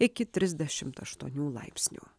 iki trisdešimt aštuonių laipsnių